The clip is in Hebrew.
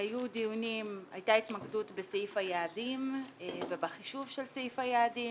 הייתה התמקדות בסעיף היעדים ובחישוב של סעיף היעדים,